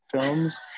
films